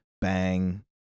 bang